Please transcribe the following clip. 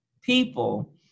people